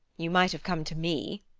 you might have come to me.